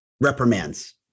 reprimands